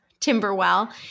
Timberwell